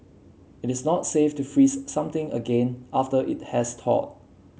it is not safe to freeze something again after it has thawed